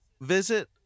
visit